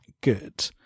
good